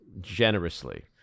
generously